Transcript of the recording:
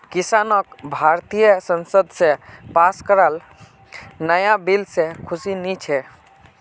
किसानक भारतीय संसद स पास कराल नाया बिल से खुशी नी छे